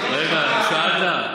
שאלת,